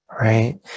right